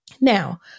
Now